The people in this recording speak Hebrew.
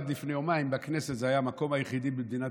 עד לפני יומיים הכנסת הייתה המקום היחיד במדינת